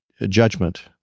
judgment